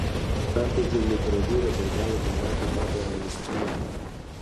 fentezi literatūra per keletą metų tapo meinstrymu